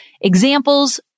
Examples